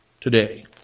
today